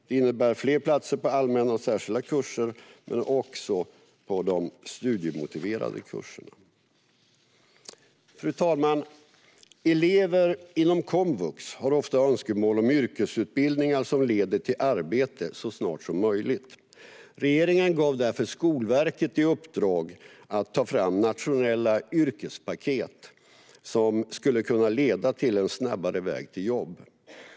Det innebär fler platser på allmänna och särskilda kurser men också på de studiemotiverande kurserna. Fru talman! Elever inom komvux har ofta önskemål om yrkesutbildningar som leder till arbete så snart som möjligt. Regeringen gav därför Skolverket i uppdrag att ta fram nationella yrkespaket som kan leda till snabbare vägar till jobb.